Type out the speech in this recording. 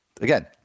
again